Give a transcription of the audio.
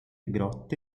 grotte